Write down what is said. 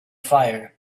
fire